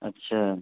اچھا